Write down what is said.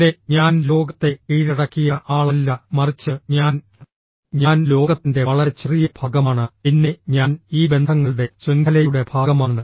പോലെ ഞാൻ ലോകത്തെ കീഴടക്കിയ ആളല്ല മറിച്ച് ഞാൻ ഞാൻ ലോകത്തിൻറെ വളരെ ചെറിയ ഭാഗമാണ് പിന്നെ ഞാൻ ഈ ബന്ധങ്ങളുടെ ശൃംഖലയുടെ ഭാഗമാണ്